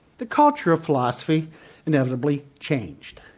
the culture of philosophy inevitably changed.